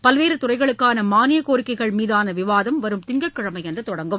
பல்வேறு துறைகளுக்கான மானியக்கோரிக்கைகள் மீதான விவாதம் வரும் திங்கட்கிழமை அன்று தொடங்கும்